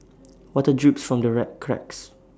water drips from the red cracks